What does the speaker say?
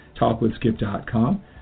talkwithskip.com